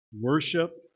worship